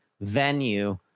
venue